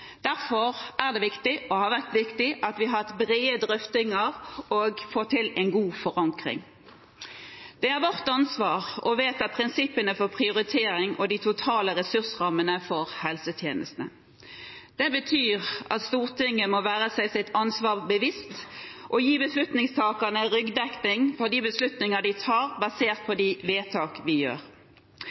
Derfor er det viktig, og har vært viktig, at vi har hatt brede drøftinger og fått til en god forankring. Det er vårt ansvar å vedta prinsippene for prioritering og de totale ressursrammene for helsetjenestene. Det betyr at Stortinget må være seg sitt ansvar bevisst og gi beslutningstakerne ryggdekning for de beslutninger de tar, basert på de vedtak vi gjør.